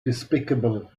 despicable